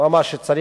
הוא אמר שצריך